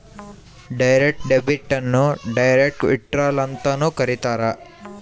direct debit ಅನ್ನು direct withdrawal ಅಂತನೂ ಕರೀತಾರ